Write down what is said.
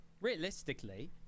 realistically